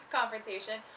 confrontation